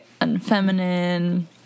unfeminine